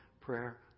prayer